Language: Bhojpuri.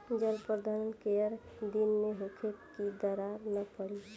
जल प्रबंधन केय दिन में होखे कि दरार न पड़ी?